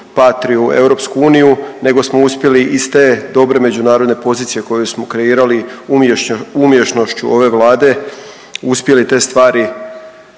patriju EU, nego smo uspjeli iz te dobre međunarodne pozicije koju smo kreirali umješnošću ove Vlade, uspjeli te stvari